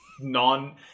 non